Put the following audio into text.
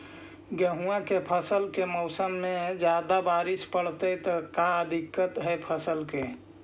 गेहुआ के फसल के मौसम में ज्यादा बारिश होतई त का दिक्कत हैं फसल के?